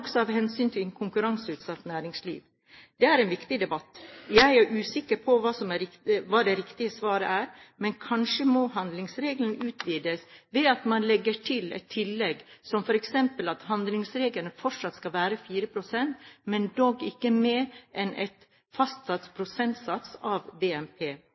også av hensyn til konkurranseutsatt næringsliv. Det er en viktig debatt. Jeg er usikker på hva det riktige svaret er, men kanskje må handlingsregelen utvides ved at man legger til et tillegg, som f.eks. at handlingsregelen fortsatt skal være 4 pst., men dog ikke mer enn en fastsatt prosentsats av BNP.